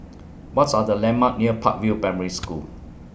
What's Are The landmarks near Park View Primary School